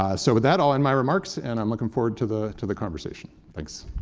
um so with that, i'll end my remarks, and i'm looking forward to the to the conversation. thanks.